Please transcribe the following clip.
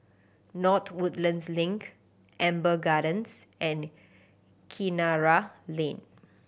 North Woodlands Link Amber Gardens and Kinara Lane